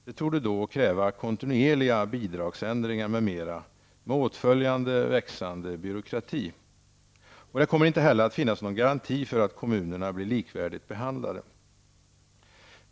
Det torde då kräva kontinuerliga bidragsändringar m.m., med åtföljande växande byråkrati. Det kommer inte heller att finnas någon garanti för att kommunerna blir likvärdigt behandlade.